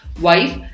wife